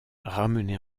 ramené